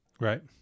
Right